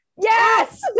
Yes